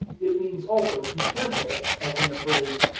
it means, also, to cancel, as in the phrase,